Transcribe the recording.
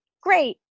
Great